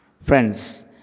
Friends